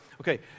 Okay